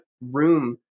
room